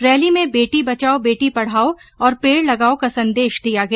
rally में बेटी बचाओ बेटी पढाओ और पेड़ लगाओ का संदेश भी दिया गया